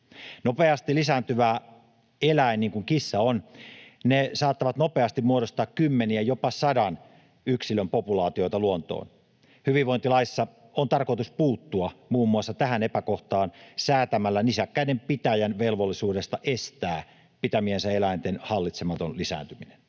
Nopeasti lisääntyvä eläin, niin kuin kissa on, saattaa nopeasti muodostaa kymmenien, jopa sadan yksilön populaatioita luontoon. Hyvinvointilaissa on tarkoitus puuttua muun muassa tähän epäkohtaan säätämällä nisäkkäiden pitäjän velvollisuudesta estää pitämiensä eläinten hallitsematon lisääntyminen.